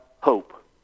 hope